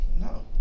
No